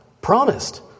promised